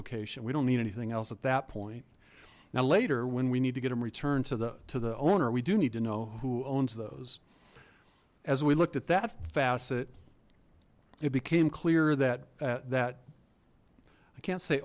location we don't need anything else at that point now later when we need to get them returned to the to the owner we do need to know who owns those as we looked at that facet it became clear that that i can't say